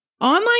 Online